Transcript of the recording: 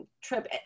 trip